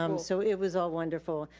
um so it was all wonderful.